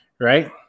right